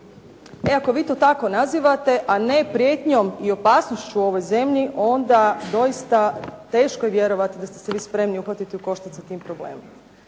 E ako vi to tako nazivate, a ne prijetnjom i opasnošću ovoj zemlji onda doista teško je vjerovati da ste se vi spremni uhvatiti u koštac sa tim problemom.